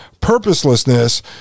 purposelessness